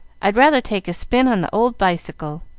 i'd rather take a spin on the old bicycle.